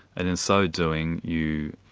and in so doing you